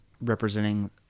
representing